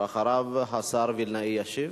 ואחריו השר וילנאי ישיב.